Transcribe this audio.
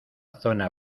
zona